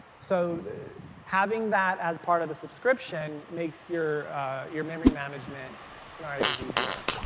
so having that as part of the subscription makes your your memory management scenarios easier.